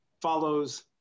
follows